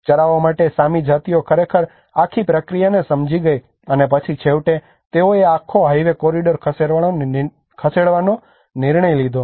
ચરાવવા માટે સામી જાતિઓ ખરેખર આખી પ્રક્રિયાને સમજી ગઈ અને પછી છેવટે તેઓએ આ આખો હાઇવે કોરિડોર ખસેડવાનો નિર્ણય લીધો